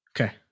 Okay